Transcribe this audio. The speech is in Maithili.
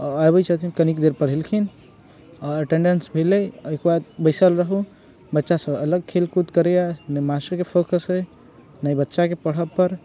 आबै छथिन कनिक देर पढ़ेलखिन एटेंडेन्स भेलै एहिके बाद बैसल रहू बच्चा सभ अलग खेलकूद करैए ने मास्टरके फोकस अछि ने बच्चाके पढ़बपर